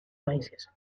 países